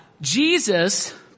Jesus